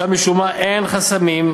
שם משום מה אין חסמים,